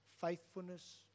faithfulness